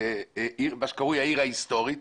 מה שקרוי העיר ההיסטורית